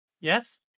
Yes